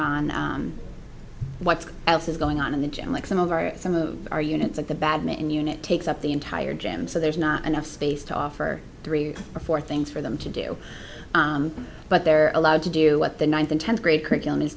on what else is going on in the gym like some of our some of our units at the badminton unit takes up the entire gym so there's not enough space to offer three or four things for them to do but they're allowed to do what the ninth and tenth grade curriculum is